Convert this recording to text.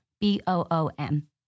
B-O-O-M